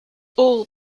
all